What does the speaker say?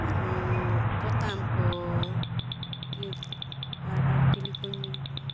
ᱟᱨᱦᱚᱸ ᱯᱚᱛᱟᱢ ᱠᱚ ᱤᱭᱟᱹ ᱟᱨ ᱟᱨ ᱪᱤᱞᱤ ᱠᱚᱧ ᱢᱮᱱ ᱜᱚᱫᱟ